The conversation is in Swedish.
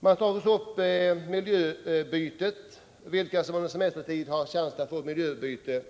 Man tar också upp frågan, vilka som under semestertid har chans att få ett miljöutbyte.